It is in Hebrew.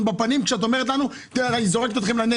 בפנים כשאת אומרת לנו: "אני זורקת אתכם לנגב".